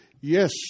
yes